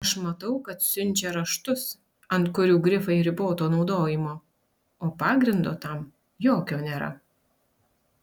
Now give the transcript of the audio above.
aš matau kad siunčia raštus ant kurių grifai riboto naudojimo o pagrindo tam jokio nėra